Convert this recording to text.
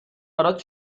برات